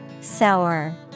Sour